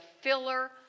filler